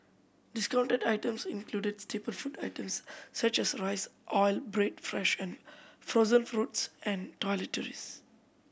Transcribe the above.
discounted items included staple food items such as rice oil bread fresh and frozen fruits and toiletries